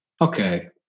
Okay